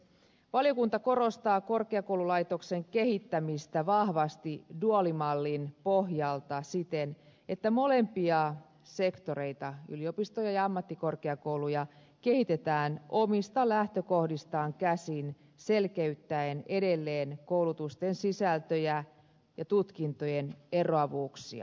valiokunta korostaa korkeakoululaitoksen kehittämistä vahvasti duaalimallin pohjalta siten että molempia sektoreita yliopistoja ja ammattikorkeakouluja kehitetään omista lähtökohdistaan käsin selkeyttäen edelleen koulutusten sisältöjä ja tutkintojen eroavuuksia